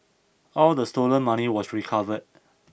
all the stolen money was recovered